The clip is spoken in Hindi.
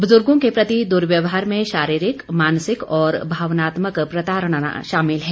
बुजुर्गो के प्रति दुर्व्यवहार में शारीरिक मानसिक और भावनात्मक प्रताड़ना शामिल है